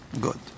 Good